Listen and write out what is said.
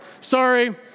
sorry